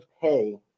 pay